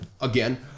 again